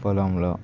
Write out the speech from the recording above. పొలంలో